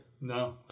No